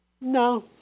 no